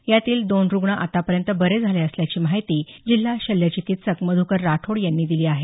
यातील दोन रुग्ण आतापर्यंत बरे झाले असल्याची माहिती जिल्हा शल्य चिकित्सक मधुकर राठोड यांनी दिली आहे